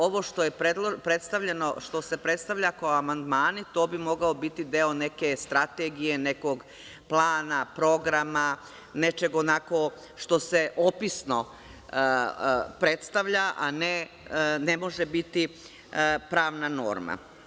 Ovo što je predstavljeno, što se predstavlja kao amandmani, to bi moglo biti deo neke strategije, nekog plana, programa, nečeg što se opisno predstavlja, a ne može biti pravna norma.